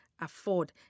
afford